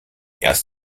erst